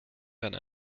werden